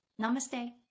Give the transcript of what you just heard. namaste